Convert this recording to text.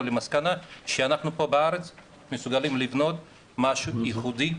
למסקנה שאנחנו פה בארץ מסוגלים לבנות משהו ייחודי,